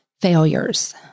failures